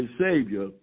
Savior